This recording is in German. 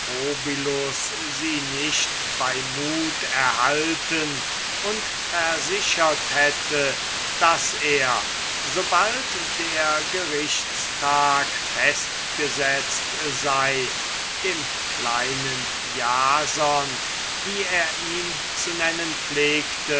sie nicht bei mut erhalten und versichert hätte daß er sobald der gerichtstag festgesetzt sein würde dem kleinen jason wie er ihn zu nennen pflegte